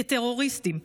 כטרוריסטים,